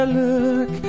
look